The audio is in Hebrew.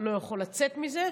לא יכול לצאת מזה.